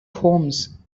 homes